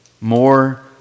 more